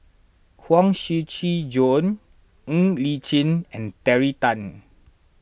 Huang Shiqi Joan Ng Li Chin and Terry Tan